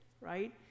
right